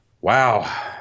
wow